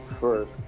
First